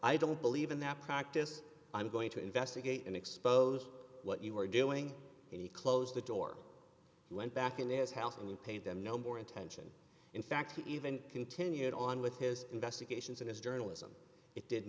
i don't believe in that practice i'm going to investigate and expose what you were doing and he closed the door and went back into his house and we paid them no more attention in fact he even continued on with his investigations and his journalism it did